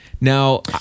now